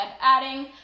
Adding